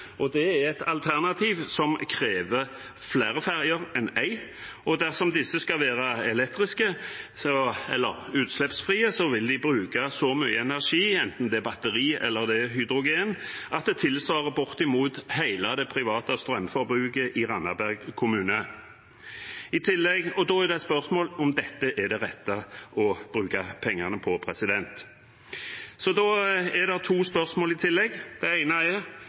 Det er et alternativ som krever flere ferjer enn én, og dersom disse skal være elektriske eller utslippsfrie, vil de bruke så mye energi, enten det er batteri eller hydrogen, at det tilsvarer bortimot hele det private strømforbruket i Randaberg kommune. Da er det et spørsmål om dette er det rette å bruke pengene på. Det er to spørsmål i tillegg. Det ene er: